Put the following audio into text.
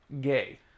Gay